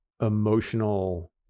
emotional